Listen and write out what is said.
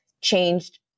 changed